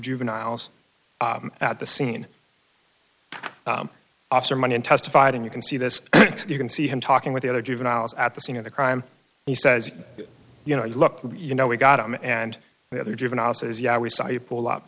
juveniles at the scene officer money and testified and you can see this you can see him talking with the other juveniles at the scene of the crime he says you know look you know we got him and the other juvenile says yeah we saw you pull up